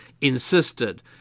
insisted